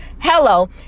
hello